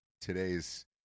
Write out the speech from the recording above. today's